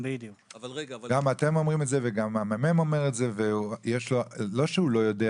גם אתם אומרים את זה וגם הממ"מ אומר את זה ולא שהוא לא יודע,